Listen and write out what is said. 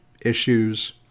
issues